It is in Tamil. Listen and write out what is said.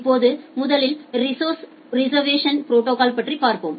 இப்போது முதலில் ரிஸோஸர்ஸ் ரிசா்வேஸன் ப்ரோடோகால் பற்றி பார்ப்போம்